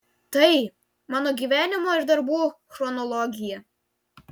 tai mano gyvenimo ir darbų chronologija